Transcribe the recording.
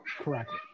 correctly